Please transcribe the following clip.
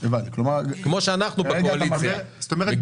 כמו שאנחנו בקואליציה --- זאת אומרת,